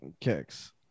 kicks